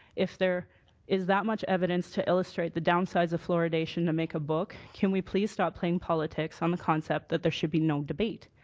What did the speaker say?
if there is that much evidence to illustrate the down sides of fluoridation to make a book, can we please stop playing politics on the concept that there should be no debate.